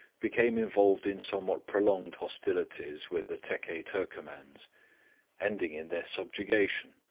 became involved in somewhat prolonged hostilities with the tekke-turcomans, ending in their subjugation,